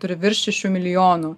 turi virš šešių milijonų